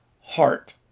heart